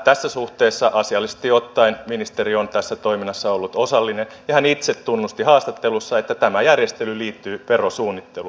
tässä suhteessa asiallisesti ottaen ministeri on tässä toiminnassa ollut osallinen ja hän itse tunnusti haastattelussa että tämä järjestely liittyy verosuunnitteluun